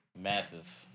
Massive